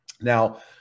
now